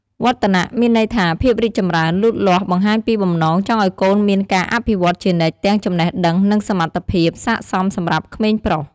វឌ្ឍនៈ មានន័យថាភាពរីកចម្រើន លូតលាស់ បង្ហាញពីបំណងចង់ឱ្យកូនមានការអភិវឌ្ឍជានិច្ចទាំង ចំណេះដឹង និង សមត្ថភាព សាកសមសម្រាប់ក្មេងប្រុស។